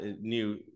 new